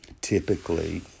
Typically